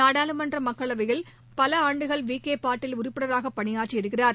நாடாளுமன்ற மக்களவையில் பல ஆண்டுகள் விக்கே பாட்டீல் உறுப்பினராக பணியாற்றி இருக்கிறார்